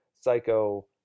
Psycho